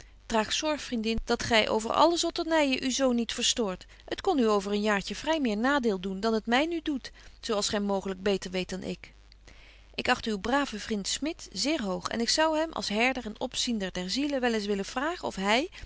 draag zorg vriendin dat gy over alle zotternyen u zo niet verstoort het kon u over een jaartje vry meer nadeel doen dan het my nu doet zo als gy mooglyk beter weet dan ik ik acht uw braven vrind smit zeer hoog en ik zou hem als herder en opziender der zielen wel eens willen vragen of hy